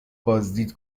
بازدید